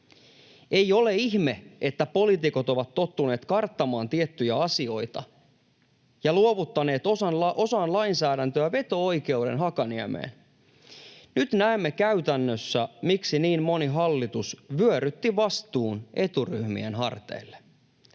Ei ole ihme, että poliitikot ovat tottuneet karttamaan tiettyjä asioita ja luovuttaneet osan lainsäädäntöä, veto-oikeuden Hakaniemeen. Nyt näemme käytännössä, miksi niin moni hallitus vyörytti vastuun eturyhmien harteille.